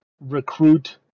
recruit